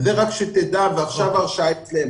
רק שתדע שעכשיו ההרשאה אצלנו.